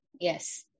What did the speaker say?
Yes